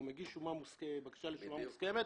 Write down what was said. הוא מגיש בקשה לשומה מוסכמת,